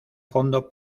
fondo